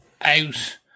out